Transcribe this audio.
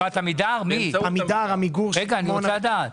משרד האוצר ואני גם אוהב לנהל איתם דיאלוג,